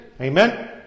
Amen